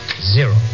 Zero